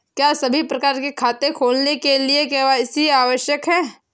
क्या सभी प्रकार के खाते खोलने के लिए के.वाई.सी आवश्यक है?